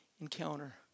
encounter